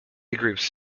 groups